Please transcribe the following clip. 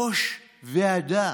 ראש ועדה.